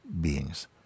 beings